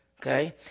Okay